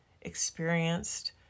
experienced